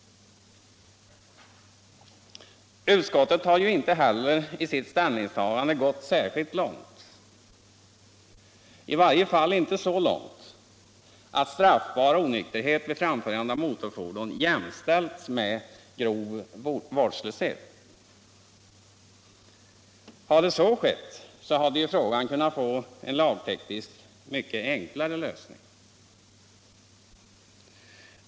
Utskottet har ju inte heller i sitt ställningstagande gått särskilt långt, i varje fall inte så långt att straffbar onykterhet vid framförande av motorfordon jämställts med grov vårdslöshet. Hade så skett, hade frågan kunnat få en lagtekniskt mycket enklare lösning.